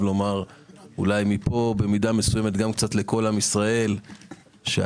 לומר אולי מפה במידה מסוימת גם קצת לכל עם ישראל שהלוואי